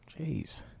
jeez